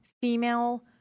female